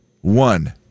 one